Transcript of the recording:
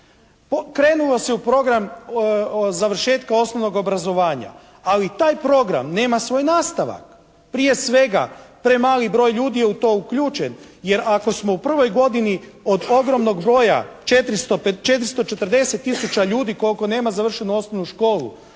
Krenulo se u program završetka osnovnog obrazovanja, ali taj program nema svoj nastavak. Prije svega premali broj ljudi je u to uključen jer ako smo u prvoj godini od ogromnog broja 440 tisuća ljudi koliko nema završenu osnovnu školu